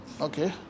okay